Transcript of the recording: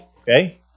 Okay